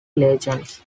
legends